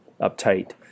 uptight